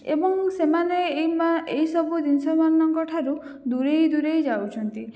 ଏବଂ ସେମାନେ ଏଇମା ଏଇସବୁ ଜିନିଷମାନଙ୍କଠାରୁ ଦୂରେଇ ଦୂରେଇ ଯାଉଛନ୍ତି